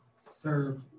serve